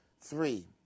Three